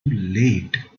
late